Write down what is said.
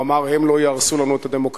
הוא אמר: הם לא יהרסו לנו את הדמוקרטיה,